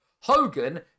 Hogan